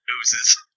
Oozes